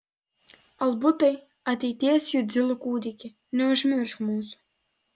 albutai ateities jundzilų kūdiki neužmiršk mūsų